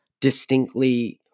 distinctly